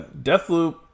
Deathloop